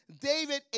David